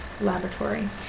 laboratory